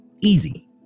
easy